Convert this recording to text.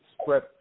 spread